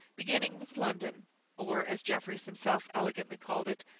beginning with london or, as jeffreys himself elegantly called it,